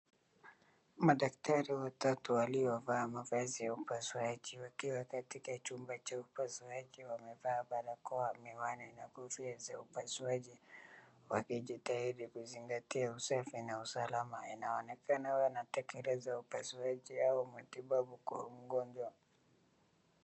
Madaktari watatu waliovaa mavazi ya upasuaji wakiwa katika chumba cha upasuaji wamevaa barakoa, miwani na kofia za upasuaji, wakijitahidi kuzingatia usafi na usalama. Inaonekana wanatekeleza upasuaji au matibabu kwa mgonjwa.